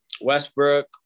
Westbrook